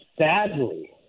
Sadly